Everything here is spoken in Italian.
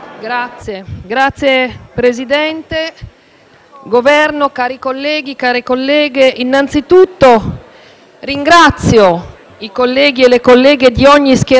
Governo, colleghi e colleghe, innanzitutto ringrazio i colleghi e le colleghe di ogni schieramento per la sensibilità dimostrata sul tema